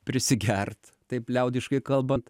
prisigerti taip liaudiškai kalbant